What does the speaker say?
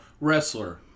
wrestler